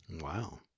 Wow